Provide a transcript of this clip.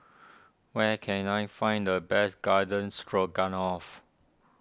where can I find the best Garden Stroganoff